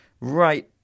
right